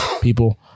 people